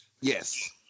Yes